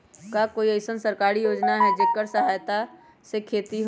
का कोई अईसन सरकारी योजना है जेकरा सहायता से खेती होय?